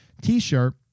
T-shirt